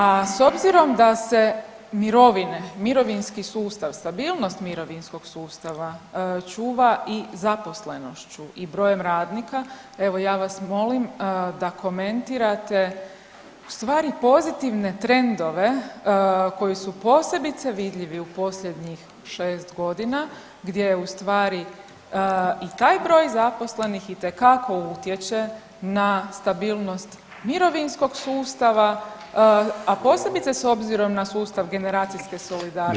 A s obzirom da se mirovine, mirovinski sustav, stabilnost mirovinskog sustava čuva i zaposlenošću i brojem radnika evo ja vas molim da komentirate ustvari pozitivne trendove koji su posebice vidljivi u posljednjih šest godina gdje je ustvari i taj broj zaposlenih itekako utječe na stabilnost mirovinskog sustava, a posebice s obzirom na sustav generacijske solidarnosti